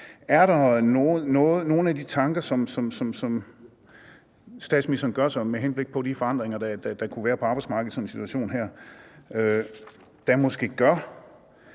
Er der nogle af de tanker, som statsministeren gør sig med henblik på de forandringer, der kunne være på arbejdsmarkedet i sådan en